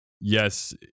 yes